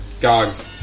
Gogs